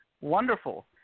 Wonderful